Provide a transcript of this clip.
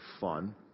fun